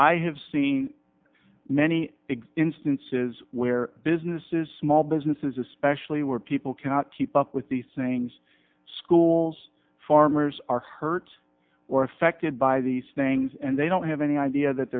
i have seen many exhibit instances where businesses small businesses especially where people cannot keep up with the sayings schools farmers are hurt or affected by these things and they don't have any idea that